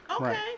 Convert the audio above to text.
Okay